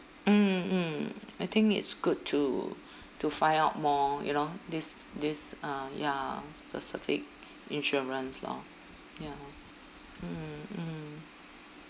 mm mm I think it's good to to find out more you know this this uh ya specific insurance lor ya lor mm mm